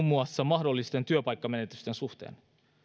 muassa mahdollisten työpaikkamenetysten suhteen